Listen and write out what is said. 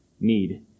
need